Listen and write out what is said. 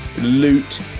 Loot